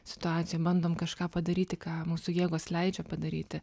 situacijoj bandom kažką padaryti ką mūsų jėgos leidžia padaryti